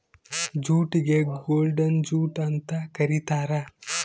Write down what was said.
ಜೂಟಿಗೆ golden jute ಅಂತ ಕರೀತಾರ